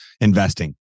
investing